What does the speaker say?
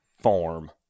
farm